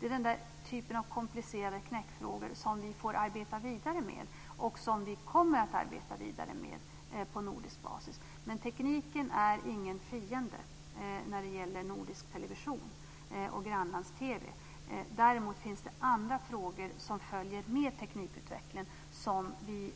Det är den här typen av komplicerade knäckfrågor som vi får arbeta vidare med och som vi kommer att arbeta vidare med på nordisk basis. Men tekniken är ingen fiende när det gäller nordisk television och grannlands-TV. Däremot finns det andra frågor som följer med teknikutvecklingen som vi